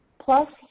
plus